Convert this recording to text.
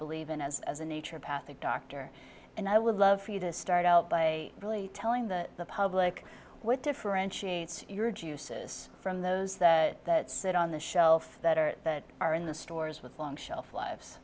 believe in as as a nature path a doctor and i would love for you to start out by telling the public what differentiates your juices from those that sit on the shelf that are that are in the stores with long shelf lives